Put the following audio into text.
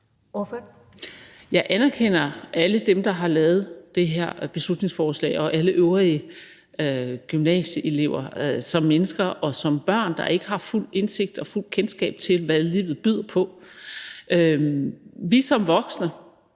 (DF): Jeg anerkender alle dem, der har lavet det her beslutningsforslag, og alle øvrige gymnasieelever som mennesker og som børn, der ikke har fuld indsigt i eller fuldt kendskab til, hvad livet byder på. Vi skal som voksne